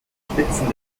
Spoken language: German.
spitzen